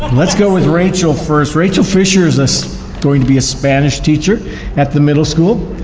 let's go with rachel first. rachel fischer is is going to be a spanish teacher at the middle school.